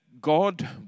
God